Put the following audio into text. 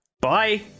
Bye